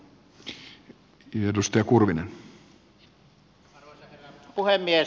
arvoisa herra puhemies